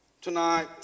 Tonight